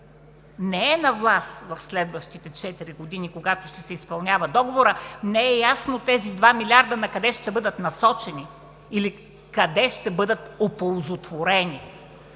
не е на власт в следващите четири години, когато ще се изпълнява договорът, не е ясно тези два милиарда накъде ще бъдат насочени или къде ще бъдат оползотворени.